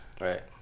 Right